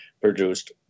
produced